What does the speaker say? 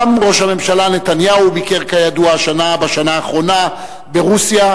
גם ראש הממשלה נתניהו ביקר כידוע בשנה האחרונה ברוסיה,